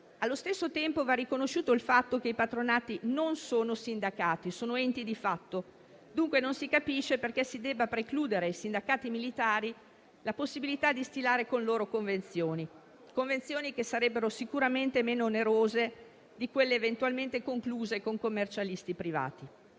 allo stesso tempo va riconosciuto il fatto che i patronati non sono sindacati, sono enti di fatto, dunque non si capisce perché si debba precludere ai sindacati militari la possibilità di stilare con loro convenzioni, che sarebbero sicuramente meno onerose di quelle eventualmente concluse con commercialisti privati.